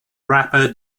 rapper